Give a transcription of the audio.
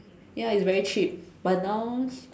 ya it's very cheap but now